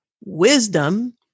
wisdom